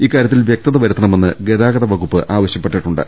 ഇക്കാ ര്യത്തിൽ വ്യക്തത വരുത്തണമെന്ന് ഗതാഗത വകുപ്പ് ആവശ്യപ്പെട്ടിട്ടുണ്ട്